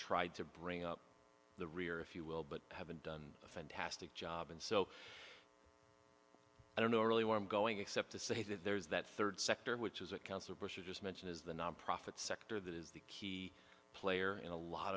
tried to bring up the rear if you will but haven't done a fantastic job and so i don't know really where i'm going except to say that there's that third sector which is a counselor bush you just mentioned is the nonprofit sector that is the key player in a lot